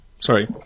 Sorry